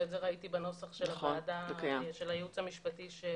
ראיתי שזה נכנס בנוסח של הייעוץ המשפטי.